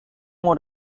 would